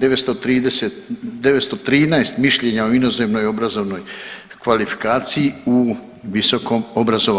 913 mišljenja o inozemnoj obrazovnoj kvalifikaciji u visokom obrazovanju.